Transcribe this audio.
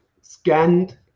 scanned